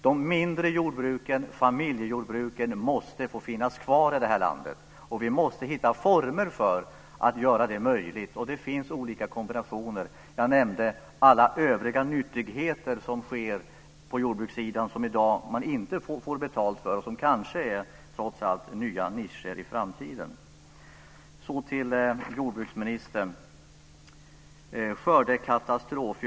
De mindre jordbruken, familjejordbruken, måste få finnas kvar i det här landet, och vi måste hitta former för att göra det möjligt. Det finns olika kombinationer. Jag nämnde alla övriga nyttigheter som sker på jordbrukssidan som man i dag inte får betalt för och som kanske trots allt är nya nischer i framtiden. Så vänder jag mig till jordbruksministern. Vi talade om skördekatastrofer.